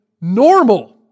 normal